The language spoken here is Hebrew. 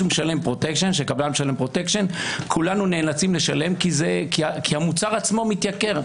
כשקבלן משלם פרוטקשן כולנו נאלצים כי המוצר עצמו מתייקר,